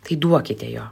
tai duokite jo